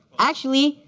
actually.